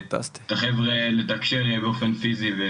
את החבר'ה לתקשר אחד עם השני באופן פיזי.